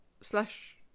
slash